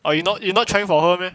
or you not you know trying for her meh